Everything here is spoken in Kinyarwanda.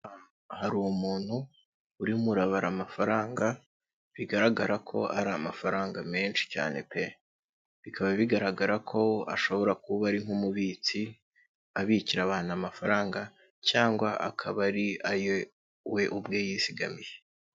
Hari umuntu urimo urabara amafaranga bigaragara ko ari amafaranga menshi cyane pe, bikaba bigaragara ko ashobora kuba ari nk'umubitsi abikira abana amafaranga cyangwa akaba ari aye we ubwe yizigamiye.